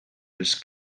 els